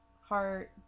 heart